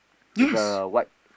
with a white